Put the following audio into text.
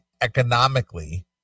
economically